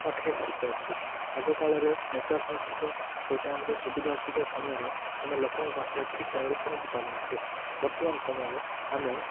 ପାଖେ ଆସିପାରୁଛୁ ଆଗକାଳରେ ନେଟୱାର୍କ ନଥିବ ସେଇ ଟାଇମ୍ରେ ସୁବିଧା ଅସୁବିଧା ସମୟରେ ଆମେ ଲୋକଙ୍କ ପାଖରେ ଠିକ ଟାଇମ୍ରେ ପହଞ୍ଚିପାରୁନଥିଲୁ ବର୍ତ୍ତମାନ ସମୟରେ ଆମେ